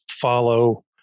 follow